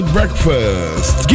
Breakfast